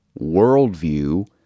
worldview